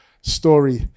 story